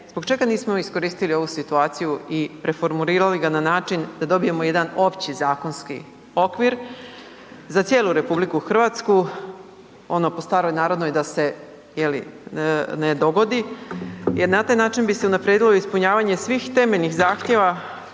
zbog čega nismo iskoristili ovu situaciju i preformulirali ga na način da dobijemo jedan opći zakonski okvir za cijelu RH, ono po staroj narodnoj da se ne dogodi jer na taj način bi se unaprijedilo ispunjavanje svih temeljnih zahtjeva